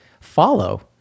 follow